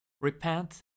Repent